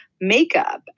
makeup